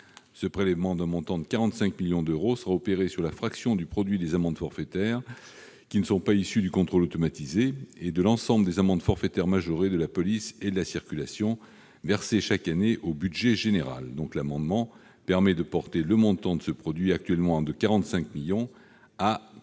Ce prélèvement, d'un montant de 45 millions d'euros, serait opéré sur la fraction du produit des amendes forfaitaires, qui ne sont pas issues du contrôle automatisé, et de l'ensemble des amendes forfaitaires majorées de la police et de la circulation, versée chaque année au budget général. L'amendement susvisé permet de porter le montant de ce produit, qui est actuellement de 45 millions